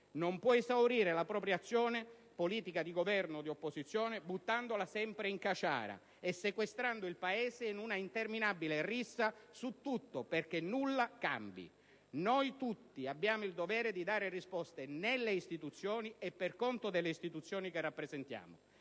Non può esaurire la propria azione politica, di governo o di opposizione, buttandola sempre in caciara e sequestrando il Paese in un'interminabile rissa su tutto, perché nulla cambi. Noi tutti abbiamo il dovere di dare risposte nelle istituzioni e per conto delle istituzioni che rappresentiamo.